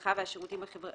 הרווחה והשירותים החברתיים